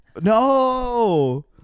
no